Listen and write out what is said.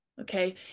Okay